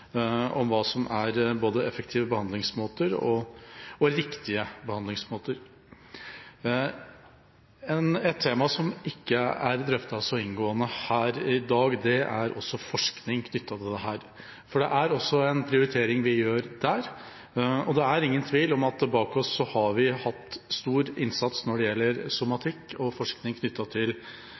om hva som er både effektive og riktige behandlingsmåter. Et tema som ikke er drøftet så inngående her i dag, er forskning knyttet til dette. Det er også en prioritering vi gjør der, og det er ingen tvil om at vi bak oss har hatt en stor innsats når det gjelder somatikk og forskning knyttet til